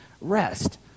rest